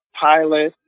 pilot